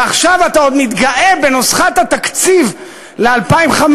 ועכשיו אתה עוד מתגאה בנוסחת התקציב ל-2015,